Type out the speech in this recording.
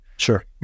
Sure